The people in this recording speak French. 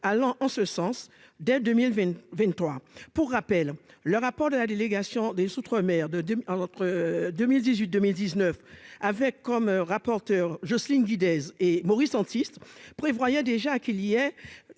allant en ce sens dès 2020 23 pour rappel, le rapport de la délégation des outre-mer de 2 entre 2018, 2019 avec comme rapporteur Jocelyne Guidez et Maurice Antiste prévoyait déjà qu'il y ait